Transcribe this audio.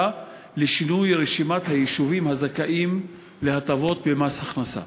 לשינוי רשימת היישובים הזכאים להטבות במס הכנסה.